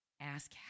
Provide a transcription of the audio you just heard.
ask